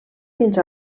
fins